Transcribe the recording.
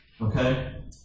Okay